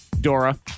Dora